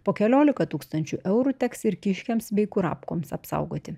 po keliolika tūkstančių eurų teks ir kiškiams bei kurapkoms apsaugoti